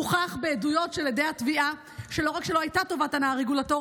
הוכח בעדויות של עדי התביעה שלא רק שלא הייתה טובת הנאה רגולטורית,